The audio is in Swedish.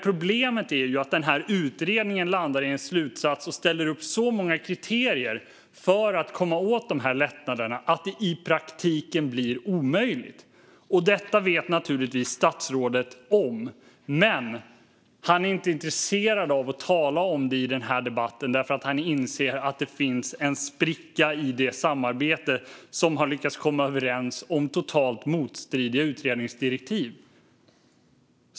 Problemet är bara att utredningen landar i en slutsats som ställer upp så många kriterier för att komma åt lättnaderna att det i praktiken blir omöjligt. Detta vet naturligtvis statsrådet om, men han är inte intresserad av att tala om det i den här debatten, för han inser att det finns en spricka i det samarbete som har lyckats komma överens om totalt motstridiga utredningsdirektiv.